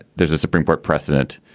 there's a supreme court precedent.